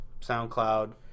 SoundCloud